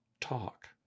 talk